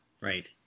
Right